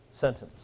sentence